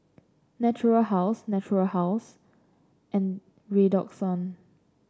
Natura House Natura House and Redoxon